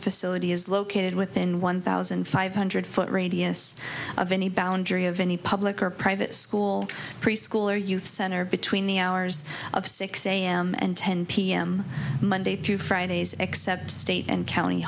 facility is located within one thousand five hundred foot radius of any boundary of any public or private school preschool or youth center between the hours of six am and ten pm monday through fridays except state and county